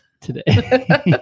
today